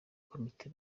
komite